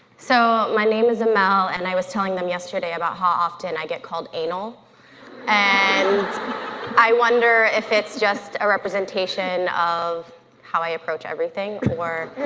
so, my name is amel and i was telling them yesterday about how often i get called anal and i wonder if it's just a representation of how i approach everything or